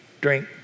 drink